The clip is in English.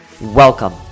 Welcome